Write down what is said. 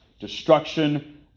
Destruction